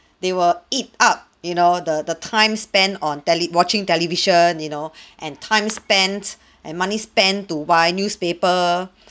they will eat up you know the the time spent on tele~ watching television you know and time spent and money spent to buy newspaper